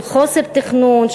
של חוסר תכנון,